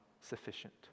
sufficient